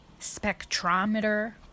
spectrometer